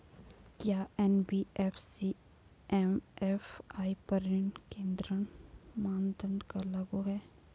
क्या NBFC MFI पर ऋण संकेन्द्रण मानदंड लागू हैं?